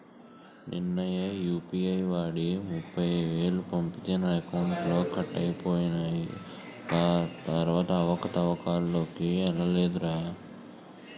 నిన్ననే యూ.పి.ఐ వాడి ముప్ఫైవేలు పంపితే నా అకౌంట్లో కట్ అయిపోయాయి కాని అవతలోల్లకి ఎల్లలేదురా